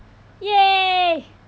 !yay!